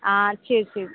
ஆ சரி சரி